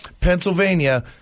Pennsylvania